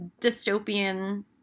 dystopian